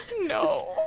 no